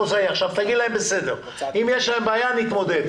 תגיד להם: בסדר, אם יש להם בעיה, נתמודד.